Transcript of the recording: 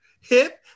Hip